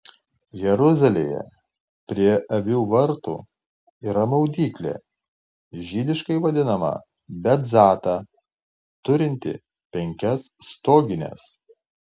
jeruzalėje prie avių vartų yra maudyklė žydiškai vadinama betzata turinti penkias stogines